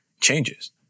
changes